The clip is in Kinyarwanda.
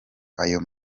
ayo